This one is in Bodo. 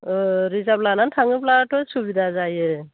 ओ रिजार्भ लानानै थाङोब्लाथ' सुबिदा जायो